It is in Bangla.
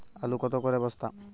আলু কত করে বস্তা?